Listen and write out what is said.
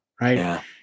right